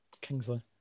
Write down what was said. Kingsley